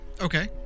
Okay